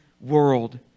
world